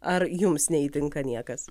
ar jums neįtinka niekas